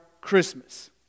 Christmas